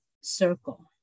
circle